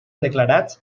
declarats